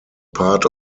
part